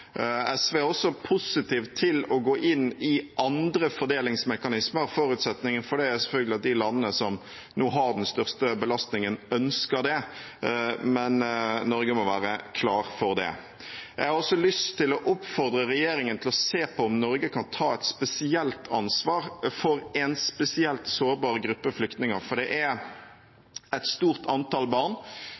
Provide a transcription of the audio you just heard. SV er også positiv til å gå inn i andre fordelingsmekanismer. Forutsetningen for det er selvfølgelig at de landene som nå har den største belastningen, ønsker det, men Norge må være klar for det. Jeg har også lyst til å oppfordre regjeringen til å se på om Norge kan ta et spesielt ansvar for en spesielt sårbar gruppe flyktninger. Det er et stort antall barn